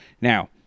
Now